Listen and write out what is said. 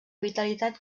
vitalitat